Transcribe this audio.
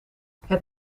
het